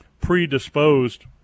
predisposed